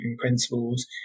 principles